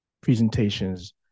presentations